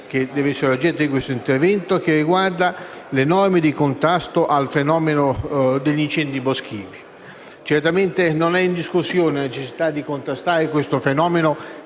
che deve essere oggetto di questo intervento, riguardante le norme di contrasto ai fenomeni degli incendi boschivi. Non è certamente in discussione la necessità di contrastare questo fenomeno,